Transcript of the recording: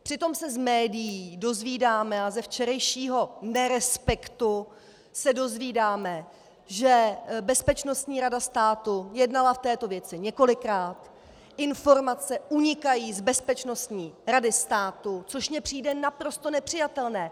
Přitom se z médií dozvídáme a ze včerejšího Nerespektu se dozvídáme, že Bezpečnostní rada státu jednala v této věci několikrát, informace unikají z Bezpečnostní rady státu, což mně přijde naprosto nepřijatelné.